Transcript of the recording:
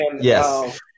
yes